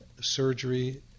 surgery